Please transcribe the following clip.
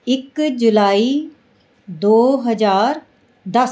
ਇਕ ਜੁਲਾਈ ਦੋ ਹਜ਼ਾਰ ਦਸ